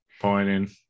Pointing